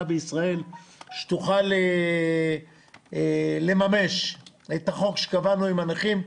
בישראל שתוכל לממש את החוק שקבענו עם הנכים,